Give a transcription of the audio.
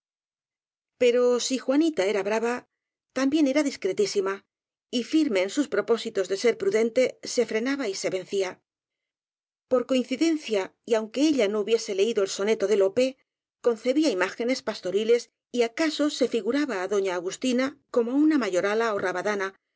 pero si juanita era brava también era discretísi ma y firme en sus propósitos de ser prudente se re frenaba y se vencía por coincidencia y aunque ella no hubiese leído el soneto de lope concebía imá genes pastoriles y acaso se figuraba á doña agusti na como á una mayorala ó